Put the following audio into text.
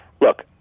Look